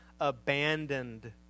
abandoned